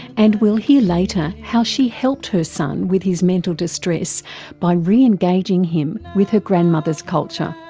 and we'll hear later how she helped her son with his mental distress by re-engaging him with her grandmother's culture.